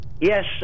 Yes